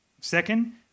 second